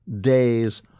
days